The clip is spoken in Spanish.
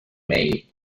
maine